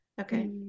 Okay